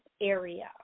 area